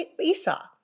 Esau